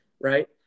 right